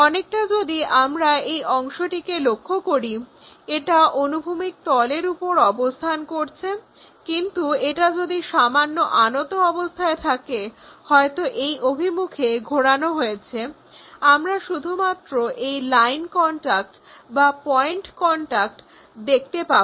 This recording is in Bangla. অনেকটা যদি আমরা এই অংশটিকে লক্ষ্য করি এটা অনুভূমিক তল এর ওপর অবস্থান করছে কিন্তু এটা যদি সামান্য আনত অবস্থায় থাকে হয়তো এই অভিমুখে ঘোরানো হয়েছে আমরা শুধুমাত্র এই লাইন কন্টাক্ট বা পয়েন্ট কন্টাক্ট পাব